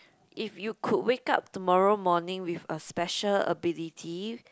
if you could wake up tomorrow morning with a special ability